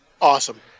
Awesome